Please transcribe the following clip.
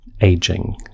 aging